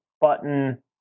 button